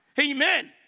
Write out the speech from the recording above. Amen